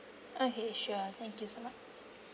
okay sure thank you so much